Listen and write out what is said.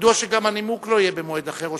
מדוע שגם הנימוק לא יהיה במועד אחר?